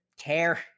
care